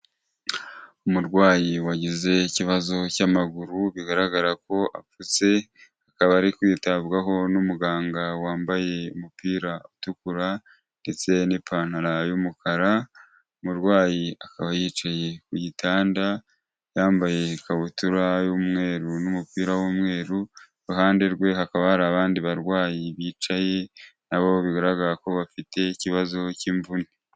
Umurwayi wagize ikibazo cy'amaguru, bigaragara ko apfutse, akaba ari kwitabwaho n'umuganga wambaye umupira utukura ndetse n'ipantaro y'umukara, umurwayi akaba yicaye ku gitanda, yambaye ikabutura y'umweru n'umupira w'umweru, ku ruhande rwe hakaba hari abandi barwayi bicaye na bo bigaragara ko bafite ikibazo cy'imvune.